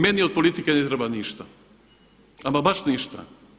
Meni od politike ne treba ništa, ama baš ništa.